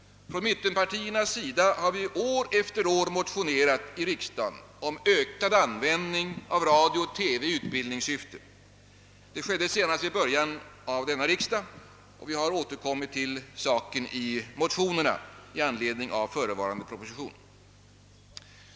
Mittenpartierna har år efter år motionerat i riksdagen om ökad användning åv radio och TV i utbildningssyfte. Vi gjorde det senast i början av denna session och vi har återkommit till saken i motionerna i anledning av förevarande proposition.